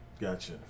Gotcha